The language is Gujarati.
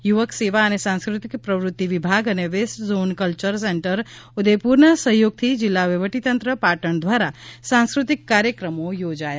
યુવક સેવા અને સાંસ્કૃતિક પ્રવૃત્તિઓ વિભાગ અને વેસ્ટ ઝોન કલ્યર સેન્ટર ઉદયપુરના સહયોગથી જિલ્લા વહિવટી તંત્ર પાટણ દ્વારા સાંસ્કૃતિક કાર્યક્રમો યોજાયા